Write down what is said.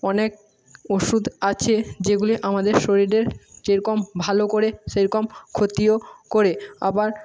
অনেক ওষুধ আছে যেগুলি আমাদের শরীরের যেরকম ভালো করে সেরকম ক্ষতিও করে আবার